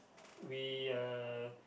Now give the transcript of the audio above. we uh